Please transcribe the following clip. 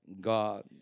God